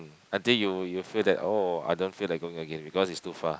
I think you you will feel that oh I don't feel like going again because it's too far